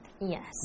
Yes